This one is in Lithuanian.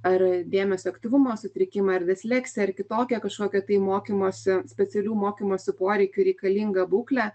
ar dėmesio aktyvumo sutrikimą ar disleksiją ar kitokią kažkokią tai mokymosi specialių mokymosi poreikių reikalingą būklę